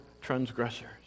transgressors